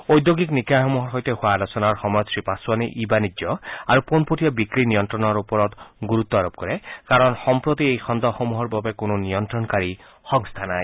ওঁদ্যোগিক নিকায়সমূহৰ সৈতে হোৱা আলোচনাৰ সময়ত শ্ৰীপাছোৱানে ই বাণিজ্য আৰু পোনপটীয়া বিক্ৰী প্ৰক্ৰিয়াৰ নিয়ন্ত্ৰণৰ ওপৰত গুৰুত্ আৰোপ কৰে কাৰণ সম্প্ৰতি এই খণ্ডসমূহৰ বাবে কোনো নিয়ন্ত্ৰণকাৰী সংস্থা নাই